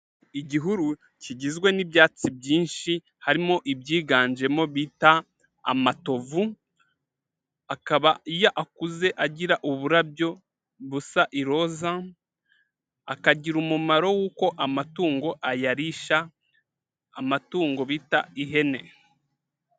Igihuru kigizwe n'ibyatsi byinshi harimo ibyiganjemo bita amatovu, akaba iyo akuze agira uburabyo busa iroza, akagira umumaro w'uko amatungo ayarisha, amatungo bita ihene.